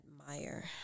admire